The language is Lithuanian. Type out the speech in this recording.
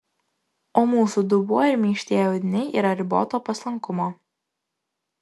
o mūsų dubuo ir minkštieji audiniai yra riboto paslankumo